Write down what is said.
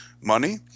money